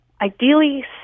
ideally